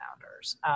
founders